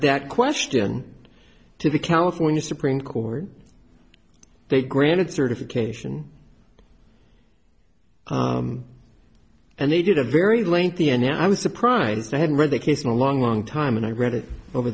that question to the california supreme court they granted certification and they did a very lengthy and i was surprised i hadn't read the case in a long long time and i read it over